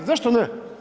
Zašto ne?